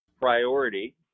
priority